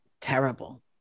terrible